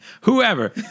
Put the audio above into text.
Whoever